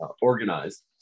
organized